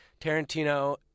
Tarantino